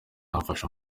yafashe